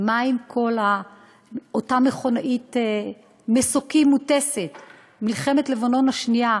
מה עם אותה מכונאית מסוקים מוטסת במלחמת לבנון השנייה,